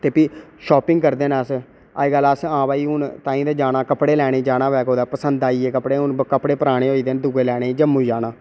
ते भी शापिंग करदे न अस अज्ज कल असें आनलाइन हून तुआहीं जाना कपड़े लैने ई जाना होऐ पसंद आई गे कपड़े हून कपड़े पराने होए दे न दूए लैने जम्मू जाना